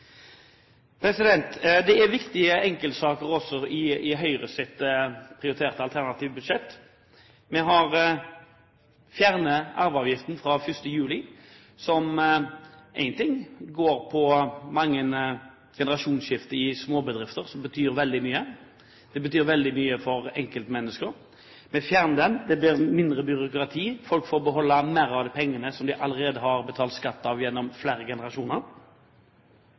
det. Det er viktige enkeltsaker i Høyres prioriterte alternative budsjett. Vi har fjernet arveavgiften fra 1. juli, som betyr veldig mye ved mange generasjonsskifter i småbedrifter. Det betyr veldig mye for enkeltmennesker. Vi fjerner den. Det blir mindre byråkrati. Folk får beholde mer av de pengene som de allerede har betalt skatt av gjennom flere generasjoner.